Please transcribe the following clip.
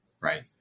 right